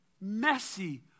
messy